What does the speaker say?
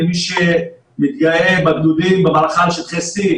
ומי שמתגאה בגדודים במערכה על שטחי C,